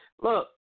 Look